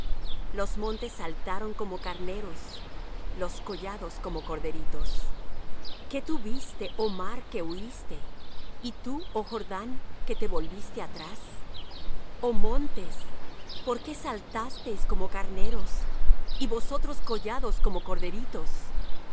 los montes saltaron como carneros los collados como corderitos qué tuviste oh mar que huiste y tú oh jordán que te volviste atrás oh montes por qué saltasteis como carneros y vosotros collados como corderitos